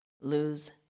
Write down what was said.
lose